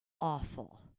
awful